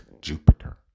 Jupiter